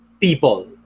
people